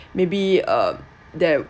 maybe uh there